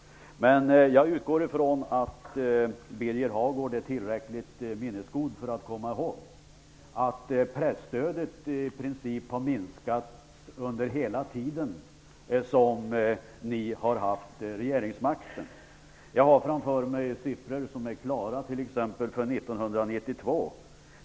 Men jag utgår från att Birger Hagård är tillräckligt minnesgod för att komma ihåg att presstödet i princip har minskat under hela den tid som ni har haft regeringsmakten. Jag har framför mig siffror för 1992.